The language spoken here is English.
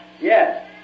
Yes